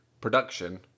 production